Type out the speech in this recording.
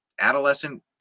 adolescent